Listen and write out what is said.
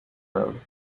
road